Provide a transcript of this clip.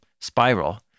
spiral